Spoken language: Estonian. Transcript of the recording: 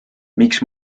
miks